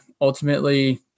ultimately